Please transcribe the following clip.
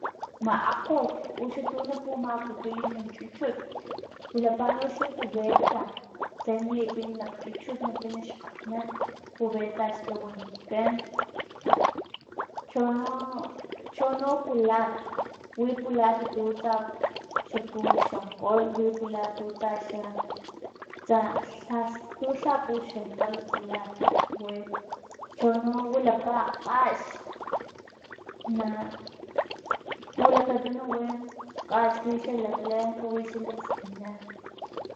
Maakgot uxa tu na pumakutuy min chuchut wilapa noxala cubeta tse na lipin nak chuchut na pina xkgatnan cubeta xla wanikan chono chono pulat, wi pulatu tu tsa xa puxonkgol, wi pulato tutsa tsa lhalh puxonkgol pulat we chono wilapa kgax na pulakatunu wi kgax wixa laklank wi xlakstina